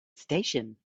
station